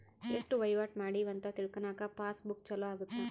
ಎಸ್ಟ ವಹಿವಾಟ ಮಾಡಿವಿ ಅಂತ ತಿಳ್ಕನಾಕ ಪಾಸ್ ಬುಕ್ ಚೊಲೊ ಅಗುತ್ತ